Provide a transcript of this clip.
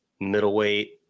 middleweight